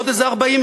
עוד איזה 40,000?